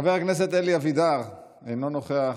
חבר הכנסת אלי אבידר, אינו נוכח,